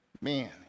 Man